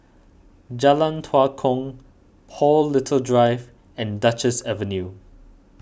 Jalan Tua Kong Paul Little Drive and Duchess Avenue